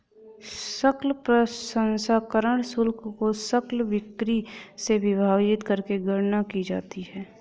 सकल प्रसंस्करण शुल्क को सकल बिक्री से विभाजित करके गणना की जाती है